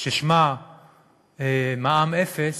ששמה מע"מ אפס,